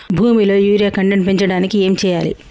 భూమిలో urea content పెంచడానికి ఏం చేయాలి?